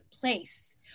place